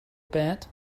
bad